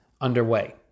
underway